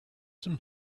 some